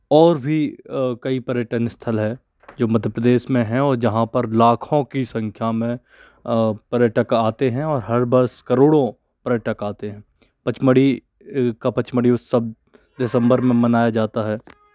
और भी कई पर्यटन स्थल है जो मध्य प्रदेश में हैं और जहाँ पर लाखों की संख्या में पर्यटक आते हैं और हर वर्ष करोड़ों पर्यटक आते हैं पचमढ़ी का पचमढ़ी उत्सव दिसंबर में मनाया जाता है